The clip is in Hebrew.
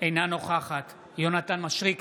אינה נוכחת יונתן מישרקי,